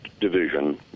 division